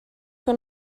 que